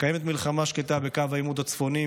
קיימת מלחמה שקטה בקו העימות הצפוני,